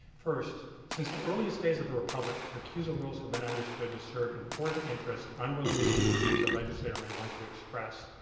first, since the earliest days of the republic recusal rules have been understood to serve important interests unrelated to any views a legislator may want to express,